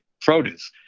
produce